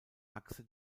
achse